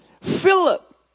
Philip